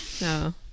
no